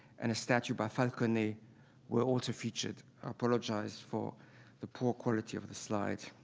and a statue by falconet were also featured. i apologize for the poor quality of the slide.